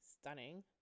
stunning